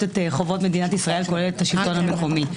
את חובות מדינת ישראל כולל השלטון המקומי.